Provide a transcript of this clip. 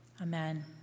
amen